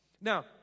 Now